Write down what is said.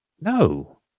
No